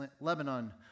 Lebanon